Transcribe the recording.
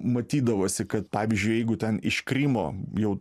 matydavosi kad pavyzdžiui jeigu ten iš krymo jau